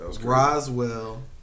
Roswell